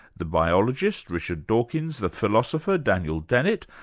the biologist, richard dawkins, the philosopher, daniel dennett,